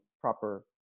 proper